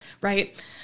Right